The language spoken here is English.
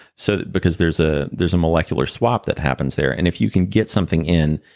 so because there's ah there's a molecular swap that happens there, and if you can get something in,